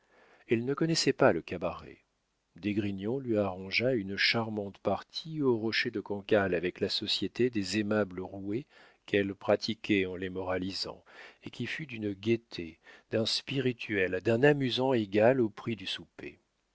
elle ne connaissait pas le cabaret d'esgrignon lui arrangea une charmante partie au rocher de cancale avec la société des aimables roués qu'elle pratiquait en les moralisant et qui fut d'une gaieté d'un spirituel d'un amusant égal au prix du souper